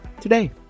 today